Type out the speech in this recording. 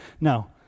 No